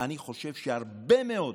אני חושב שהרבה מאוד